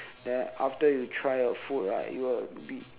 then after you try your food right you will be